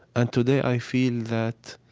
and today i feel that